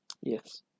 yes